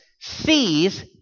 sees